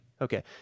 okay